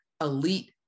elite